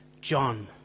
John